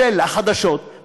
של החדשות,